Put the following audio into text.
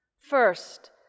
First